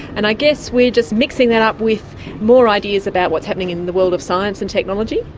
and i guess we are just mixing that up with more ideas about what's happening in the world of science and technology.